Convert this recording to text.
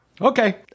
Okay